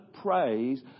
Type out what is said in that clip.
praise